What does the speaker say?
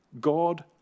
God